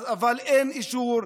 אבל אין אישור.